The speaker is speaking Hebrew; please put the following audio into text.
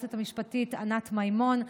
ליועצת המשפטית ענת מימון,